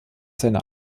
seiner